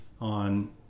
on